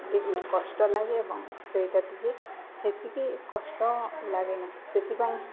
ଟିକେ କଷ୍ଟ ଲାଗେ ଏବଂ ସେଇଟା ଟିକେ ସେତିକି କଷ୍ଟ ଲାଗେ ନାହିଁ ସେଥିପାଇଁ